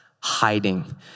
hiding